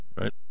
right